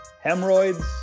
hemorrhoids